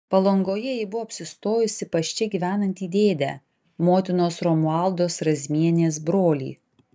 palangoje ji buvo apsistojusi pas čia gyvenantį dėdę motinos romualdos razmienės brolį